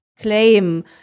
claim